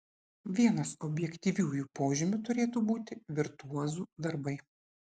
vienas objektyviųjų požymių turėtų būti virtuozų darbai